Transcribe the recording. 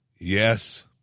Yes